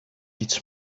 its